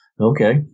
Okay